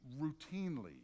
routinely